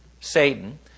Satan